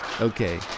Okay